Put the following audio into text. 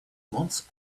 months